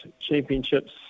championships